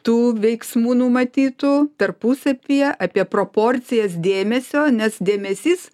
tų veiksmų numatytų tarpusavyje apie proporcijas dėmesio nes dėmesys